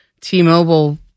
T-Mobile